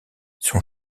son